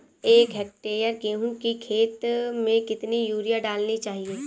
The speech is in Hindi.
एक हेक्टेयर गेहूँ की खेत में कितनी यूरिया डालनी चाहिए?